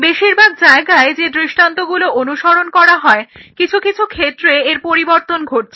বেশিরভাগ জায়গায় যে দৃষ্টান্তগুলো অনুসরণ করা হয় কিছু কিছু ক্ষেত্রে এর পরিবর্তন ঘটছে